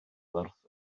werth